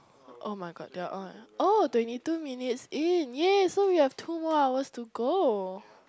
[oh]-my-god they are oh twenty two minutes in yay so we have two more hours to go